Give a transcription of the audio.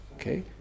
Okay